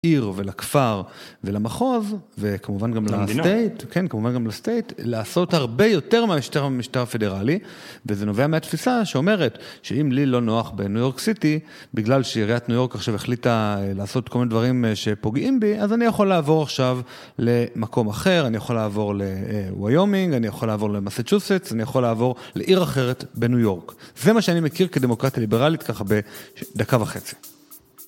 עיר ולכפר ולמחוז וכמובן גם ל state. כן, כמובן גם ל state, לעשות הרבה יותר מהמשטר הפדרלי וזה נובע מהתפיסה שאומרת שאם לי לא נוח בניו יורק סיטי, בגלל שעיריית ניו יורק עכשיו החליטה לעשות כל מיני דברים שפוגעים בי, אז אני יכול לעבור עכשיו למקום אחר, אני יכול לעבור לוויומינג, אני יכול לעבור למסצ'וסטס, אני יכול לעבור לעיר אחרת בניו יורק. זה מה שאני מכיר כדמוקרטיה ליברלית ככה בדקה וחצי.